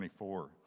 24